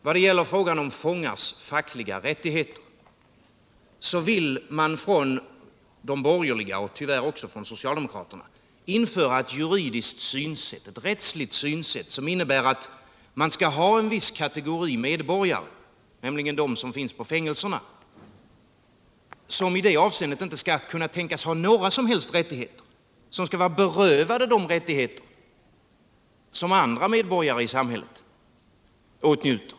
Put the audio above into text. Vad gäller frågan om fångars fackliga rättigheter vill de borgerliga och tyvärr också socialdemokraterna införa ett juridiskt synsätt, ett rättsligt synsätt som innebär att man skall ha en viss kategori medborgare, nämligen de som finns på fängelserna, vilka i det avseendet inte skall kunna tänkas ha några som helst rättigheter. De skall vara berövade de rättigheter som andra medborgare i samhället åtnjuter.